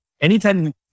anytime